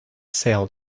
sail